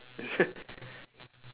this